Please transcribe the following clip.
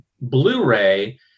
blu-ray